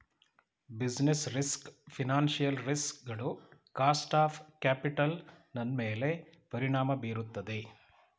business risk financial risk ಗಳು cost of capital ನನ್ಮೇಲೆ ಪರಿಣಾಮ ಬೀರುತ್ತದೆ